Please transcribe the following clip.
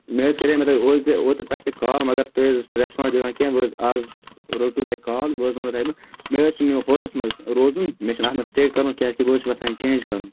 مےٚ حظ کَریومےَ تۅہہِ اوترٕ تہِ اوترٕ پٮ۪ٹھ کال مگر تُہۍ حظ ٲسِو نہٕ ریٚسپانٛڈ دِوان کیٚنٛہہ وۅنۍ حظ اَز روٚٹوٕ تۄہہِ کال وۅنۍ حظ وَنہو تۄہہِ بہٕ مےٚ حظ چھِنہٕ یِوان ہوٹلَس منٛز روزُن مےٚ چھِنہٕ اَتھ منٛز سِٹے کَرُن کیٛازِکہِ بہٕ حظ چھُس یژھان یہِ چینج کَرُن